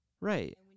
Right